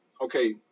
okay